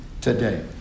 today